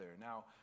Now